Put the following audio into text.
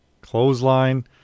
Clothesline